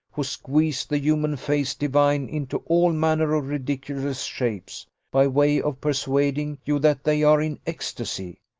who squeeze the human face divine into all manner of ridiculous shapes, by way of persuading you that they are in ecstasy!